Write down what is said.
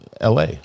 la